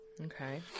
Okay